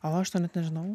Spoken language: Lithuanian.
o aš to net nežinau